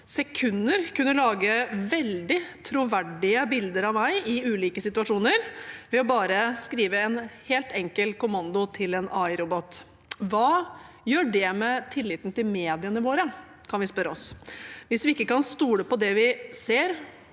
sekunder kunne lage veldig troverdige bilder av meg i ulike situasjoner ved å bare skrive en helt enkel kommando til en AI-robot. Hva gjør det med tilliten til mediene våre, kan vi spørre oss. Hvis vi ikke kan stole på det vi ser